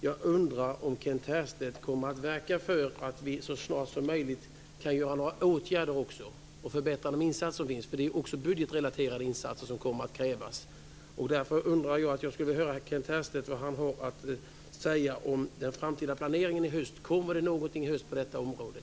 Jag undrar om Kent Härstedt kommer att verka för att vi så snart som möjligt kan vidta några åtgärder och förbättra de insatser som görs, eftersom även budgetrelaterade insatser kommer att krävas. Jag skulle vilja höra vad Kent Härstedt har att säga om den framtida planeringen i höst. Kommer det någonting i höst på det här området?